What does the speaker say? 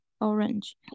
orange